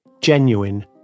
genuine